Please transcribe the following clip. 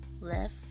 Left